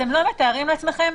אתם לא מתארים לעצמכם,